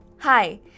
Hi